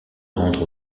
rendre